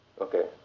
Okay